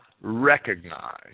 recognize